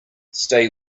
stay